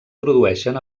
produeixen